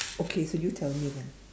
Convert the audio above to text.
okay so you tell me then